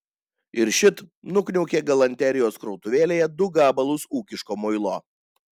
ir šit nukniaukė galanterijos krautuvėlėje du gabalus ūkiško muilo